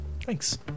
Thanks